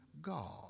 God